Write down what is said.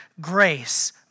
Grace